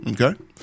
Okay